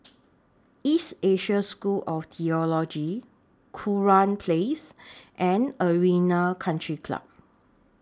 East Asia School of Theology Kurau Place and Arena Country Club